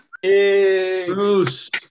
Bruce